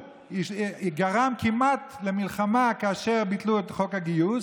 כאשר בצומת עילבון נרצחו בני משפחת ג'ארושי,